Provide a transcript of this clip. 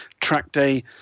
track-day